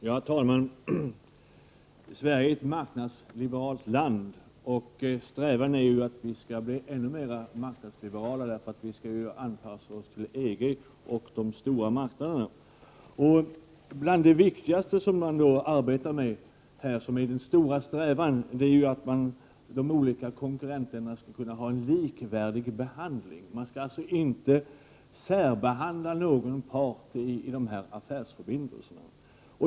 Herr talman! Sverige är ett marknadsliberalt land. Strävan är också att vi skall bli ännu mera marknadsliberala, eftersom vi skall anpassa oss till EG och de stora marknaderna. En av de viktigaste etapperna i denna strävan som man nu arbetar med är att de olika konkurrenterna skall få en likvärdig behandling. Man skall således inte särbehandla någon part i affärsförbindelser.